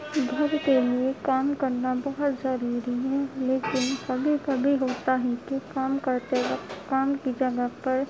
گھر کے لیے کی کام کرنا بہت ضروری ہے لیکن کبھی کبھی ہوتا ہے کہ کام کرتے وقت کام کی جگہ پر